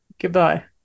Goodbye